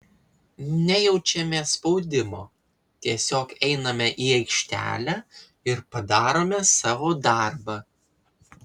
nejaučiame spaudimo tiesiog einame į aikštelę ir padarome savo darbą